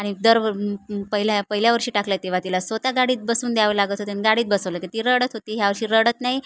आणि दर पहिल्या पहिल्या वर्षी टाकलं आहे तेव्हा तिला स्वत गाडीत बसवून द्यावं लागत होते आणि गाडीत बसवलं की ती रडत होती ह्यावर्षी रडत नाही